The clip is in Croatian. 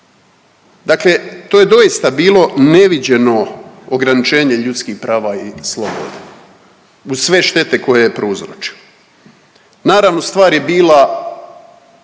Dakle, to je doista bilo neviđeno ograničenje ljudskih prava i slobode uz sve štete koje je prouzročilo. Naravno stvar je bila